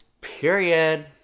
period